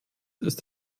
ist